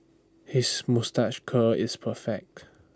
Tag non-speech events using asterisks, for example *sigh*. his moustache curl is perfect *unintelligible*